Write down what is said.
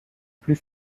plus